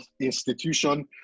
institution